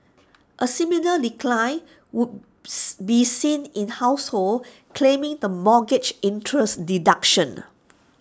A similar decline would be seen in households claiming the mortgage interest deduction